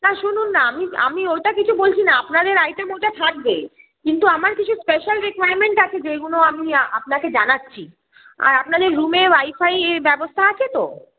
না শুনুন না আমি আমি ওটা কিছু বলছি না আপনাদের আইটেম ওটা থাকবে কিন্তু আমার কিছু স্পেশাল রিকোয়ারমেন্ট আছে যেইগুনো আমি আপনাকে জানাচ্ছি আর আপনাদের রুমে ওয়াইফাইয়ের ব্যবস্থা আছে তো